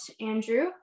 Andrew